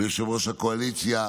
ליושב-ראש הקואליציה